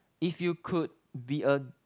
if you could be a